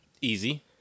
Easy